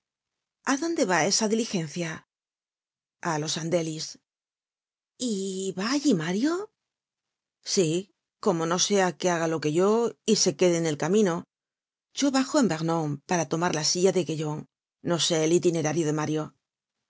a dónde va esa diligencia a los andelys y va allí mario sí como no sea que haga lo que yo y se quede en el camino yo bajo en vernon para tomar la silla de gaillon no sé el itinerario de mario